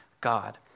God